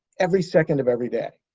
every second of every day.